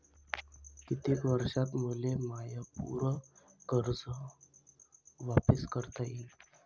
कितीक वर्षात मले माय पूर कर्ज वापिस करता येईन?